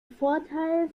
vorteil